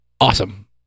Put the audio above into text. awesome